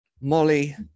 Molly